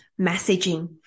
messaging